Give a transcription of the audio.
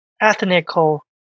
ethical